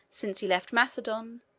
since he left macedon,